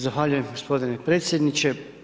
Zahvaljujem gospodine predsjedniče.